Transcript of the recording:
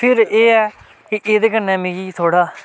फिर एह् ऐ कि एह्दे कन्नै मिगी थोह्ड़ा